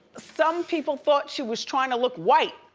some people thought she was trying to look white.